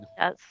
Yes